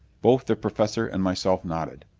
both the professor and myself nodded.